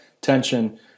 tension